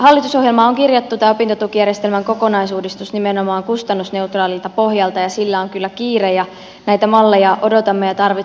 hallitusohjelmaan on kirjattu tämä opintotukijärjestelmän kokonaisuudistus nimenomaan kustannusneutraalilta pohjalta ja sillä on kyllä kiire ja näitä malleja odotamme ja tarvitsemme nyt myöskin esittelyyn